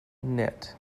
knit